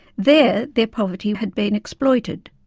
there, their poverty had been exploited.